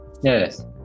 Yes